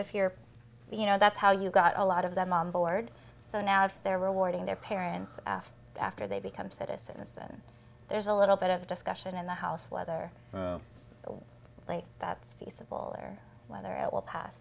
if you're you know that's how you got a lot of them on board so now if they're rewarding their parents after they become citizens then there's a little bit of discussion in the house whether that's feasible or whether it will pass